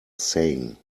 saying